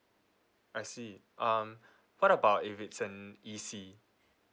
I see um what about if it's an E_C